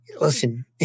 listen